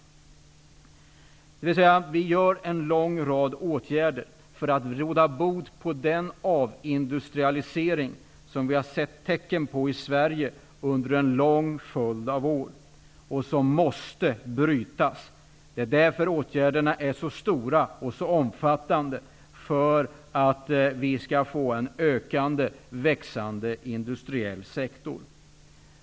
Vi vidtar en lång rad åtgärder för att råda bot på den avindustrialisering som vi har sett tecken på i Sverige under en lång följd av år och som måste brytas. Det är för att vi skall få en växande industriell sektor som åtgärderna är så stora och så omfattande.